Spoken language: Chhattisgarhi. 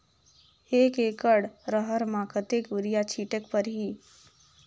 एक एकड रहर म कतेक युरिया छीटेक परही?